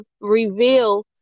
reveal